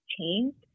changed